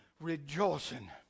rejoicing